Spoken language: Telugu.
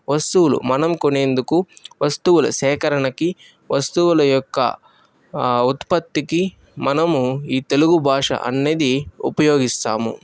వస్తువులు మనం కొనేందుకు వస్తువుల సేకరణకి వస్తువుల యొక్క ఉత్పత్తికి మనము ఈ తెలుగు భాష అన్నది ఉపయోగిస్తాము